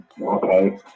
Okay